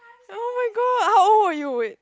oh-my-god how old are you wait